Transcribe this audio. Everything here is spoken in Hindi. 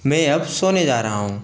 मैं अब सोने जा रहा हूँ